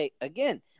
Again